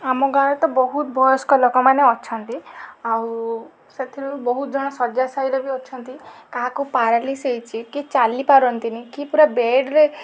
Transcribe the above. ଆମ ଗାଁରେ ତ ବହୁତ ବୟସ୍କ ଲୋକମାନେ ଅଛନ୍ତି ଆଉ ସେଥିରୁ ବହୁତ ଜଣ ଶଯ୍ୟାଶାୟୀରେ ବି ଅଛନ୍ତି କାହାକୁ ପାରାଲିସିସ୍ ହେଇଛି କିଏ ଚାଲିପାରନ୍ତିନି କି ପୁରା ବେଡ଼୍ରେ